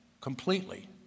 completely